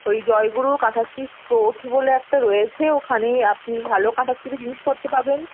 ওই Joyguru kantha stitch cloth বলে একটা রয়েছে ওখানেই আপনি ভালো কাঁথা স্টিচের জিনিসপত্র পাবেন